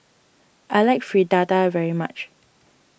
I like Fritada very much